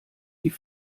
die